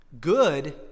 Good